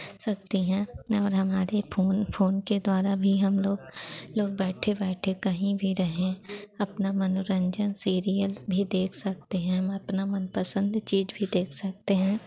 सकती हैं और हमारे फोन फोन के द्वारा भी हम लोग लोग बैठे बैठे कहीं भी रहें अपना मनोरंजन सीरियल भी देख सकते हैं हम अपना मनपसंद चीज़ भी देख सकते हैं